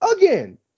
again